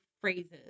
phrases